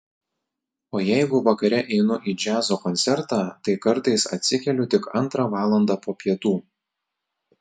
o jeigu vakare einu į džiazo koncertą tai kartais atsikeliu tik antrą valandą po pietų